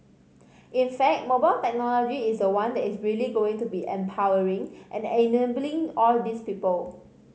in fact mobile technology is the one that is really going to be empowering and enabling all these people